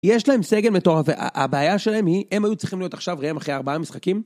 יש להם סגל מטורף והבעיה שלהם היא, הם היו צריכים להיות עכשיו ראם אחרי ארבעה משחקים?